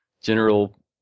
general